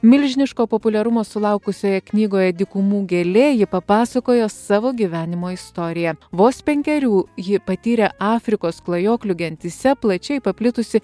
milžiniško populiarumo sulaukusioje knygoje dykumų gėlė ji papasakojo savo gyvenimo istoriją vos penkerių ji patyrė afrikos klajoklių gentyse plačiai paplitusi